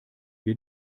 wir